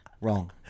Wrong